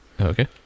okay